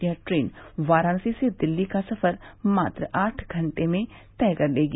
यह ट्रेन वाराणसी से दिल्ली का सफ़र मात्र आठ घंटे में तय कर लेगी